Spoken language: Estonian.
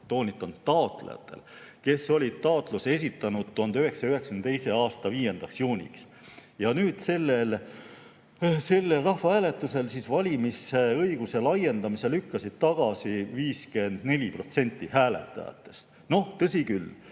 toonitan, taotlejatel –, kes olid taotluse esitanud 1992. aasta 5. juuniks. Ja nüüd, sellel rahvahääletusel lükkas valimisõiguse laiendamise tagasi 54% hääletajatest. Tõsi küll,